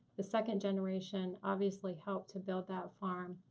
the second-generation obviously helped to build that farm.